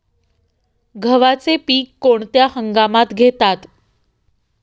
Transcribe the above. गव्हाचे पीक कोणत्या हंगामात घेतात?